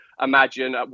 imagine